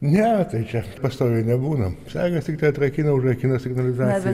ne tai čia pastoviai nebūna sargas tiktai atrakina užrakina signalizaciją